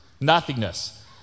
Nothingness